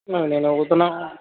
نہیں نہیں نہیں اتنا